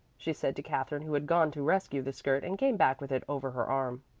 she said to katherine who had gone to rescue the skirt and came back with it over her arm.